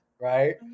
right